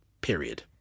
Period